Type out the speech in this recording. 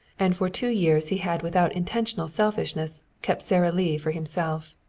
and for two years he had without intentional selfishness kept sara lee for himself.